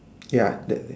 ya that the